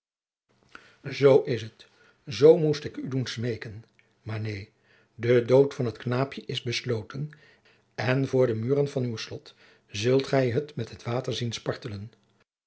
zoo is het zoo moest ik u doen smeken maar neen de dood van het knaapje is besloten en voor de muren van uw slot zult gij het met het water zien spartelen